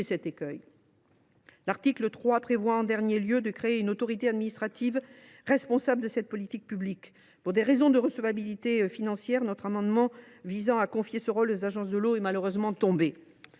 tel écueil. Enfin, l’article 3 prévoit la création d’une autorité administrative responsable de cette politique publique. Pour des raisons de recevabilité financière, notre amendement visant à confier ce rôle aux agences de l’eau n’a malheureusement pas